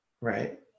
Right